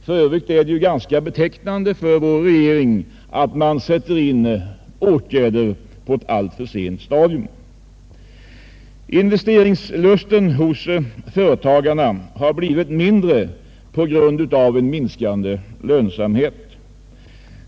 För övrigt är det ganska betecknande för vår regering att man sätter in åtgärder på ett alltför sent stadium. Investeringslusten hos företagen har blivit mindre på grund av minskande lönsamhet.